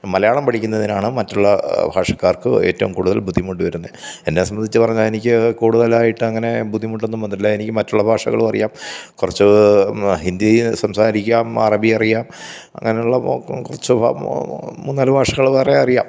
മലയാളം പഠിക്കുന്നതിനാണ് മറ്റുള്ള ഭാഷക്കാർക്ക് ഏറ്റവും കൂടുതൽ ബുദ്ധിമുട്ട് വരുന്നത് എന്നെ സംബന്ധിച്ച് പറഞ്ഞാൽ എനിക്ക് കൂടുതലായിട്ട് അങ്ങനെ ബുദ്ധിമുട്ടൊന്നും വന്നിട്ടില്ല എനിക്ക് മറ്റുള്ള ഭാഷകളും അറിയാം കുറച്ച് ഹിന്ദി സംസാരിക്കാം അറബി അറിയാം അങ്ങനെയുള്ള കുറച്ച് മൂന്ന് നാല് ഭാഷകൾ വേറെ അറിയാം